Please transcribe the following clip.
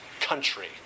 Country